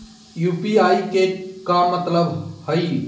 UPI के का मतलब हई?